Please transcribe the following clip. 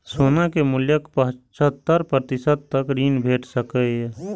सोना के मूल्यक पचहत्तर प्रतिशत तक ऋण भेट सकैए